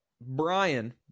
Brian